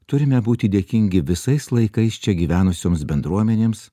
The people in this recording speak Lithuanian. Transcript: turime būti dėkingi visais laikais čia gyvenusioms bendruomenėms